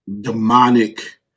demonic